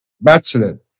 bachelor